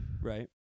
Right